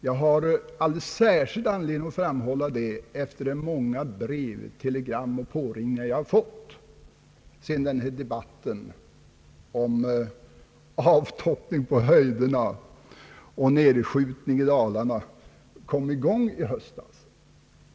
Jag har alldeles särskild anledning framhålla det efter de många brev, telegram och påringningar jag har fått, sedan denna debatt om »avtoppning» på höjderna och »nerskjutning» i dalarna kom i gång i höstas.